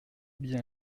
bien